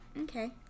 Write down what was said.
Okay